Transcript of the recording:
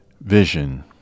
Vision